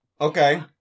Okay